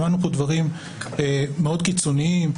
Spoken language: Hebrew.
שמענו פה דברים מאוד קיצוניים,